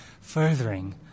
furthering